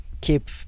keep